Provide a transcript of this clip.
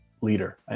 leader